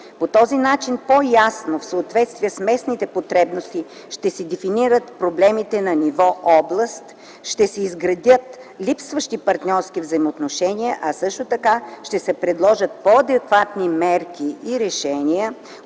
По този начин по-ясно, в съответствие с местните потребности, ще се дефинират проблемите на ниво област, ще се изградят липсващи партньорски взаимоотношения, а също така ще се предложат по-адекватни мерки и решения,